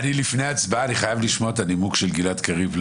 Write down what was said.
לפני הצבעה אני חייב לשמוע את הנימוק של חבר הכנסת גלעד קריב.